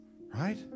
Right